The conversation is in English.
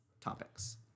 topics